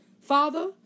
Father